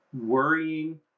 Worrying